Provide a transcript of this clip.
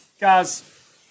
Guys